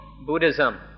Buddhism